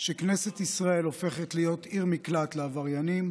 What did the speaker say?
שכנסת ישראל הופכת להיות עיר מקלט לעבריינים.